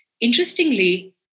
interestingly